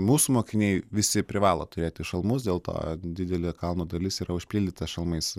mūsų mokiniai visi privalo turėti šalmus dėl to didelė kalno dalis yra užpildyta šalmais